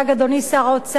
אדוני שר האוצר,